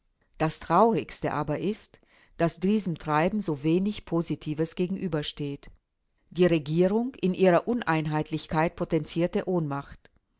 das traurigste aber ist daß diesem treiben so wenig positives gegenübersteht die regierung in ihrer uneinheitlichkeit potenzierte ohnmacht